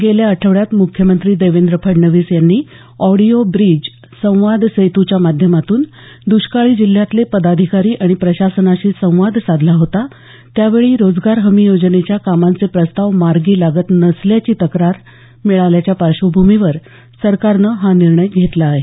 गेल्या आठवड्यात मुख्यमंत्री देवेंद्र फडणवीस यांनी ऑडिओ ब्रिज संवाद सेतूच्या माध्यमातून दृष्काळी जिल्ह्यातले पदाधिकारी आणि प्रशासनाशी संवाद साधला होता त्यावेळी रोजगार हमी योजनेच्या कामांचे प्रस्ताव मार्गी लागत नसल्याची तक्रार मिळाल्याच्या पार्श्वभूमीवर सरकारनं हा निर्णय घेतला आहे